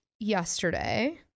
yesterday